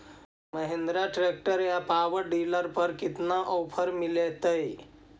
Mahindra tractor या power dealer पर कितना ओफर मीलेतय?